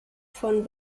von